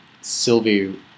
Sylvie